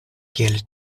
kiel